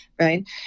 Right